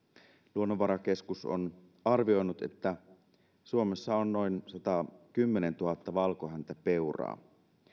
luonnonvarakeskus on arvioinut että suomessa on noin satakymmentätuhatta valkohäntäpeuraa